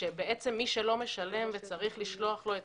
ובעצם מי שלא משלם וצריך לשלוח לו את